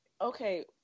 Okay